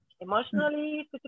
emotionally